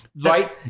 Right